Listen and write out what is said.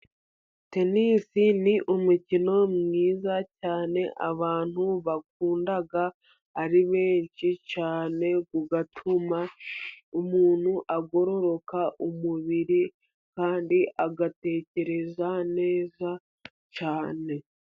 Tenisi ni umukino mwiza cyane, abantu bakunda ari benshi cyane, ugatuma umuntu agororoka umubiri, kandi agatekereza neza cyane.